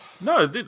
No